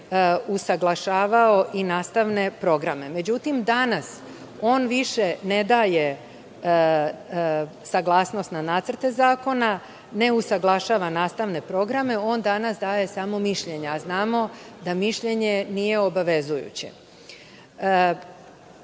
usaglašavao i nastavne programe. Međutim, danas on više ne daje saglasnost na nacrte zakona, ne usaglašava nastavne programe, on danas daje samo mišljenje, a znamo da mišljenje nije obavezujuće. Dalje,